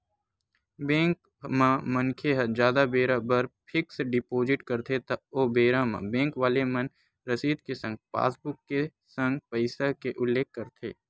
bank म मनखे ह जादा बेरा बर फिक्स डिपोजिट करथे त ओ बेरा म बेंक वाले मन रसीद के संग पासबुक के संग पइसा के उल्लेख करथे